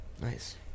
Nice